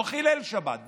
לא חילל שבת,